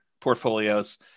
portfolios